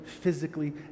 physically